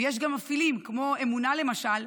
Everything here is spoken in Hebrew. ויש גם מפעילים, כמו אמונה למשל,